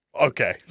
Okay